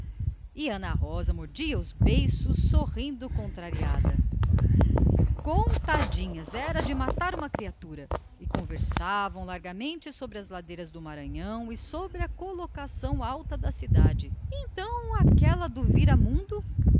ana rosa mordia os beiços sorrindo contrariada coitadinhas é de estrompar uma criatura e conversaram largamente sobre as ladeiras do maranhão então aquela do vira mundo